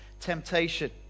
temptation